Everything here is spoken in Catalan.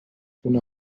una